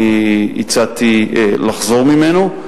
שהצעתי לחזור ממנו.